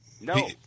No